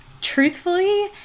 Truthfully